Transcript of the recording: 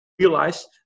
realize